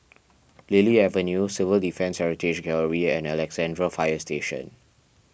Lily Avenue Civil Defence Heritage Gallery and Alexandra Fire Station